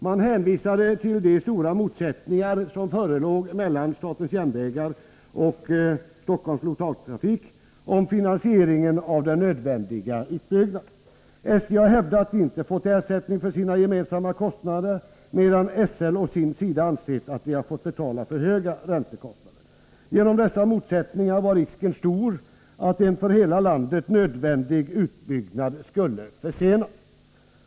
Man hänvisade till de stora motsättningar som förelåg mellan statens järnvägar och Storstockholms Lokaltrafik om finansieringen av den nödvändiga utbyggnaden. Statens järnvägar har hävdat att SJ inte fått ersättning för sina gemensamma kostnader, medan Storstockholms Lokaltrafik å sina sida ansett att SL fått betala för höga räntekostnader. Genom dessa motsättningar var risken stor att en för hela landet nödvändig utbyggnad skulle försenas.